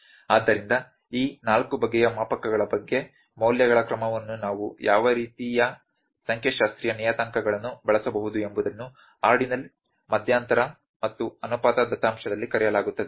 ಆದ್ದರಿಂದ ಈ ನಾಲ್ಕು ಬಗೆಯ ಮಾಪಕಗಳ ಬಗ್ಗೆ ಮೌಲ್ಯಗಳ ಕ್ರಮವನ್ನು ನಾವು ಯಾವ ರೀತಿಯ ಸಂಖ್ಯಾಶಾಸ್ತ್ರೀಯ ನಿಯತಾಂಕಗಳನ್ನು ಬಳಸಬಹುದು ಎಂಬುದನ್ನು ಆರ್ಡಿನಲ್ ಮಧ್ಯಂತರ ಮತ್ತು ಅನುಪಾತ ದತ್ತಾಂಶದಲ್ಲಿ ಕರೆಯಲಾಗುತ್ತದೆ